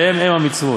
והם הם המצוות.